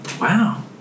Wow